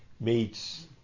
meets